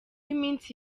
iminsi